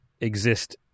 exist